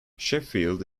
sheffield